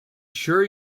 sure